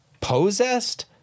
Possessed